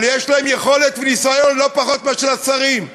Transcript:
אבל יש להם יכולת וניסיון לא פחות מאשר לשרים,